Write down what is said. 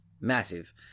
massive